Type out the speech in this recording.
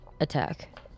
attack